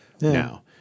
now